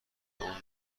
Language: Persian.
اون